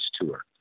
tour